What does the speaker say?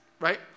right